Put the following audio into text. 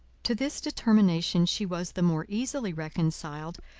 to this determination she was the more easily reconciled,